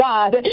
God